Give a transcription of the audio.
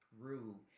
grew